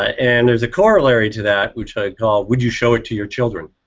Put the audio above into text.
and there's a corollary to that which i call, would you show it to your children?